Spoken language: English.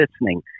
listening